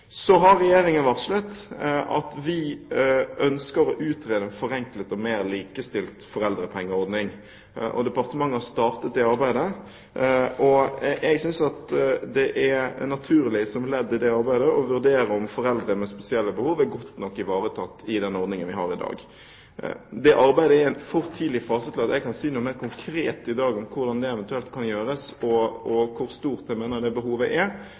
Så har Regjeringen varslet at vi ønsker å utrede en forenklet og mer likestilt foreldrepengeordning. Departementet har startet det arbeidet. Som et ledd i det arbeidet synes jeg det er naturlig å vurdere om foreldre med spesielle behov er godt nok ivaretatt i den ordningen vi har i dag. Det arbeidet er i en for tidlig fase til at jeg kan si noe mer konkret i dag om hvordan det eventuelt kan gjøres, og hvor stort jeg mener det behovet er.